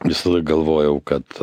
visąlaik galvojau kad